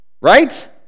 Right